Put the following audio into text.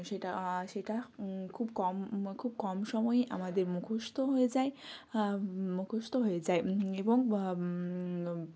সেটা সেটা খুব কম খুব কম সময়ে আমাদের মুখস্ত হয়ে যায় মুখস্থ হয়ে যায় এবং